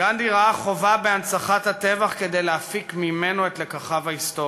גנדי ראה חובה בהנצחת הטבח כדי להפיק ממנו את לקחיו ההיסטוריים.